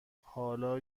حالا